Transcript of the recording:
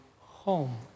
home